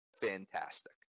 fantastic